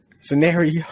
scenario